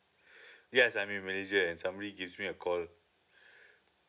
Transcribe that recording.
yes I'm a manager and somebody gives me a call